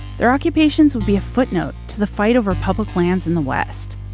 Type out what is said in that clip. their occupations would be a footnote to the fight over public lands in the west.